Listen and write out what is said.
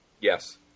Yes